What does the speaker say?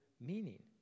meaning